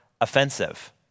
offensive